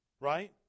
Right